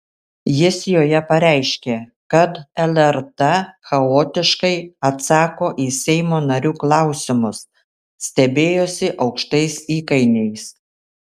jis joje pareiškė kad lrt chaotiškai atsako į seimo narių klausimus stebėjosi aukštais įkainiais